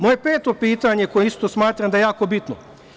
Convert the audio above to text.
Moje peto pitanje, koje isto smatram da je jako bitno.